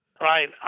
Right